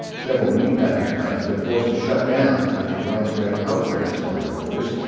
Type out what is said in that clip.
several meatpacking plants have been forced to shut down after widespread outbreaks among their workers.